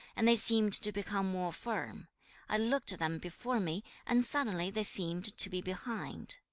and they seemed to become more firm i looked at them before me, and suddenly they seemed to be behind.